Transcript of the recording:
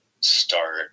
start